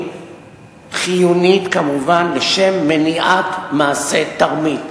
חיונית כמובן לשם מניעת מעשי תרמית.